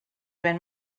ven